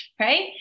right